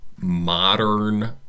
modern